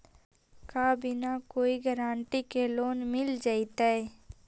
का बिना कोई गारंटी के लोन मिल जीईतै?